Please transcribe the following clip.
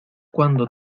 cuando